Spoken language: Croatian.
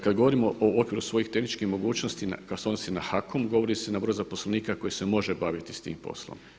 Kada govorimo o okviru svojih tehničkih mogućnosti koje se odnose na HAKOM, govori se na broj zaposlenika koji se može baviti s tim poslom.